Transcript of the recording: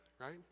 right